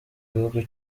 gihugu